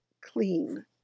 clean